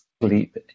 sleep